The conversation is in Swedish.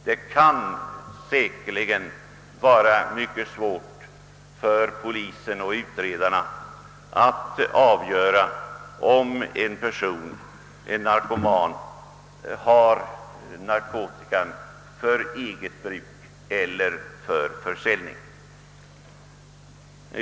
Det kan säkerligen vara mycket svårt för polisen och utredarna att avgöra, om en narkoman innehar narkotika för eget bruk eller för försäljning.